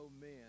men